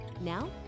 Now